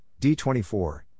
D24